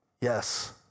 Yes